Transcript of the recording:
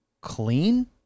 clean